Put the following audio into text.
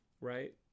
Right